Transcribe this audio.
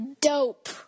dope